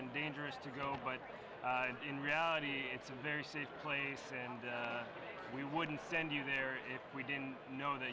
and dangerous to go but in reality it's a very safe place and we wouldn't send you there if we didn't know that